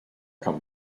come